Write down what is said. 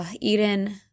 eden